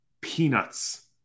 peanuts